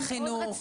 חינוך.